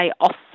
off